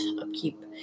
upkeep